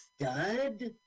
Stud